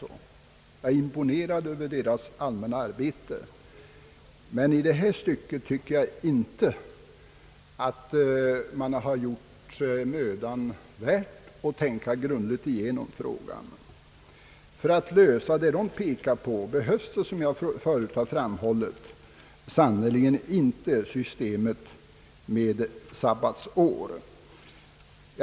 Jag är imponerad av dess allmänna arbete, Men i det här stycket tror jag att man inte ansett det mödan värt att tänka igenom frågan grundligt. För att lösa den fråga arbetsmarknadsstyrelsen pekar på behövs det, som jag förut framhållit, sannerligen inte något system med sabbatsår.